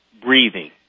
breathing